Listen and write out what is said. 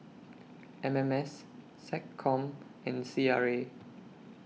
M M S Seccom and C R A